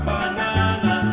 Banana